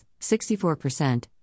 64%